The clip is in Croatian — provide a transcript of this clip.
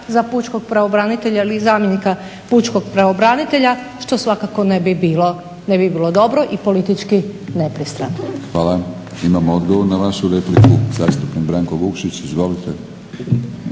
za pučkog pravobranitelja ili zamjenika pučkog pravobranitelja što svakako ne bi bilo dobro i politički nepristrano. **Batinić, Milorad (HNS)** Hvala. Imamo odgovor na vašu repliku. Zastupnik Branko Vukšić, izvolite.